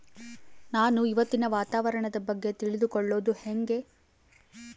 ನಾನು ಇವತ್ತಿನ ವಾತಾವರಣದ ಬಗ್ಗೆ ತಿಳಿದುಕೊಳ್ಳೋದು ಹೆಂಗೆ?